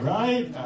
right